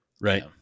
Right